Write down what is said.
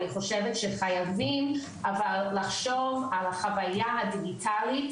אני חושבת שחייבים אבל לחשוב על החוויה הדיגיטלית